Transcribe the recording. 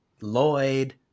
Lloyd